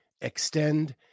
Extend